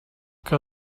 que